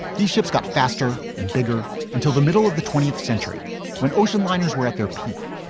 these ships got faster and bigger until the middle of the twentieth century when ocean liners were at their peak.